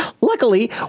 luckily